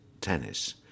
tennis